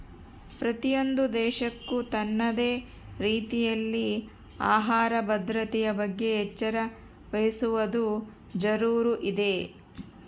ಪ್ರತಿಯೊಂದು ದೇಶಕ್ಕೂ ತನ್ನದೇ ರೀತಿಯಲ್ಲಿ ಆಹಾರ ಭದ್ರತೆಯ ಬಗ್ಗೆ ಎಚ್ಚರ ವಹಿಸುವದು ಜರೂರು ಇದೆ